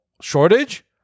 shortage